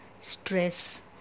stress